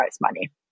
money